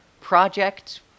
project